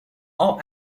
all